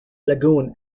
lagoon